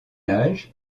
âge